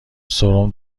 سرم